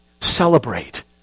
celebrate